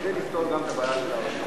כדי לפתור גם את הבעיה של הערבים.